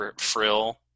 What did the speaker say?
frill